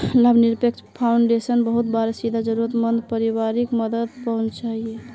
लाभ निरपेक्ष फाउंडेशन बहुते बार सीधा ज़रुरत मंद परिवारोक मदद पहुन्चाहिये